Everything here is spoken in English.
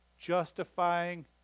justifying